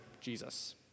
Jesus